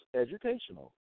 educational